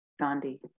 Gandhi